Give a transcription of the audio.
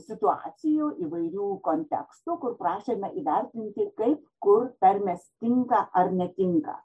situacijų įvairių kontekstų kur prašėme įvertinti kaip kur tarmės tinka ar netinka